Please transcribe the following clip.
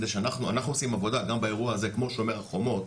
אנחנו עושים עבודה באירוע הזה כמו שומר חומות,